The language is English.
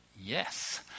yes